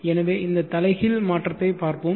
எனவே இந்த தலைகீழ் மாற்றத்தை பார்ப்போம்